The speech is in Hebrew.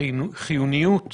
לחיוניות